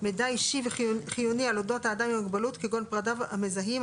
מידע אישי חיוני על אודות האדם עם המוגבלות כגון פרטיות המזהים,